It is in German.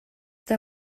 der